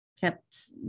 kept